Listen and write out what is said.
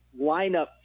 lineup